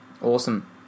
Awesome